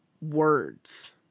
words